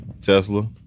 Tesla